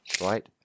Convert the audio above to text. right